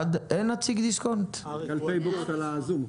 אריק פרישמן בזום.